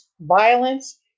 violence